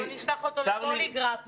בוא נשלח אותו לפוליגרף,